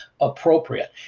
appropriate